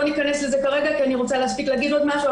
לא ניכנס לזה כרגע כי אני רוצה להספיק להגיד עוד משהו.